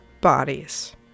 bodies